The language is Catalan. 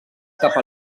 cap